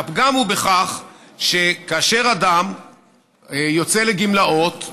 והפגם הוא בכך שכאשר אדם יוצא לגמלאות,